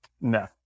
No